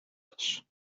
was